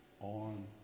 on